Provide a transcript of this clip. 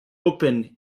open